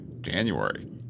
January